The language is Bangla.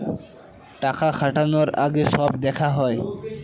টাকা খাটানোর আগে সব দেখা হয়